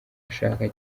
ashaka